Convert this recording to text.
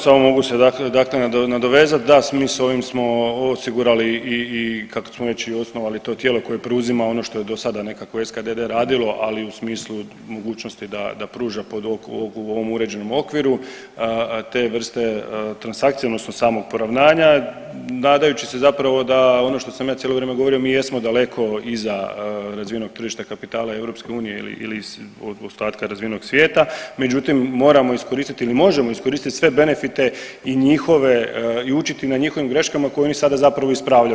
Samo mogu se dakle nadovezati, da smisao, ovim smo osigurali i, ... osnovali to tijelo koje preuzima ono što je do sada nekako SKDD radilo, ali u smislu mogućnosti da pruža pod ovom uređenom okviru te vrste transakcija, odnosno samog poravnanja, nadajući se zapravo da ono što sam ja cijelo vrijeme govorio, mi jedno daleko iza razvijenog tržišta kapitala EU ili ostatka razvijenog svijeta, međutim, moramo iskoristiti ili možemo iskoristiti sve benefite i njihove i učiti na njihovim greškama koje oni sada zapravo ispravljaju.